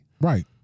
Right